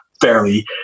fairly